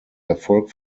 erfolg